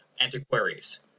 antiquaries